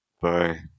Bye